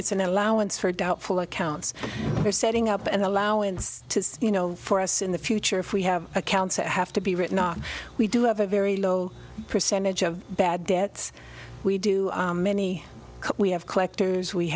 it's an allowance for doubtful accounts or setting up an allowance you know for us in the future if we have accounts that have to be written we do have a very low percentage of bad debts we do many we have collectors we